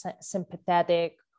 sympathetic